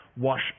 wash